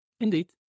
Indeed